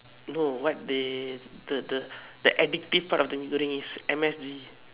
no what they the the that addictive part of the Mee-Goreng is M_S_G